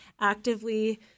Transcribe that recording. actively